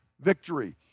victory